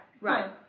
Right